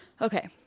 Okay